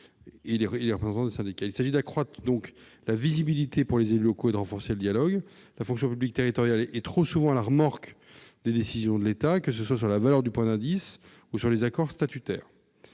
Il s'agit d'accroître la visibilité pour les élus locaux et de renforcer le dialogue. La fonction publique territoriale est trop souvent à la remorque des décisions de l'État, que ce soit sur la valeur du point d'indice ou sur les accords statutaires.